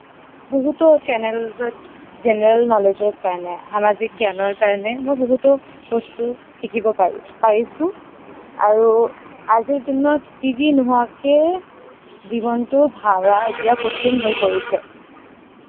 বহুতো চেনেলছত জেনেৰেল নলেজৰ কাৰণে সামাজিক জ্ঞানৰ কাৰণে মই বহুতো বস্তু শিকিব পাৰোঁ পাৰিছোঁ আৰু আজিৰ দিনত টিভি নোহোৱাকে জীৱনটো ভাবা এতিয়া কঠিন হৈ পৰিছে